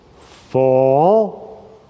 fall